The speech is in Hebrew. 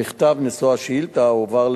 המכתב, מושא השאילתא, הועבר,